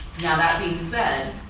now that being said,